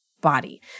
body